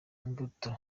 imbuto